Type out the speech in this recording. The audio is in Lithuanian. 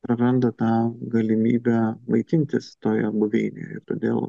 praranda tą galimybę maitintis toje buveinėje ir todėl